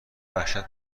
وحشت